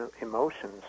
emotions